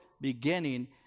beginning